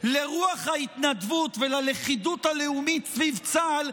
לרוח ההתנדבות וללכידות הלאומית סביב צה"ל,